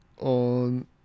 on